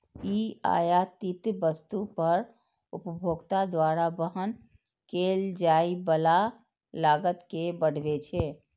ई आयातित वस्तु पर उपभोक्ता द्वारा वहन कैल जाइ बला लागत कें बढ़बै छै